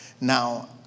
now